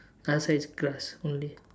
other side is grass only